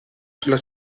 sulla